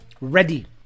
ready